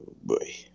boy